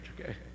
okay